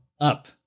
up